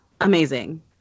amazing